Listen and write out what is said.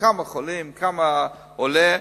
כמה חולים, כמה עולה.